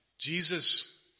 Jesus